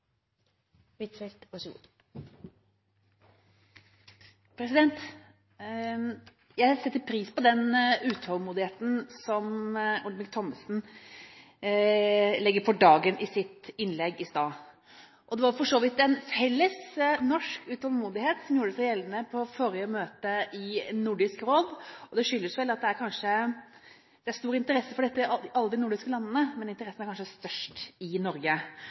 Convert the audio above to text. var for så vidt en felles norsk utålmodighet som gjorde seg gjeldende på forrige møte i Nordisk Råd. Det skyldes vel at det er stor interesse for dette i alle de nordiske landene, men interessen er kanskje størst i